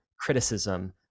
criticism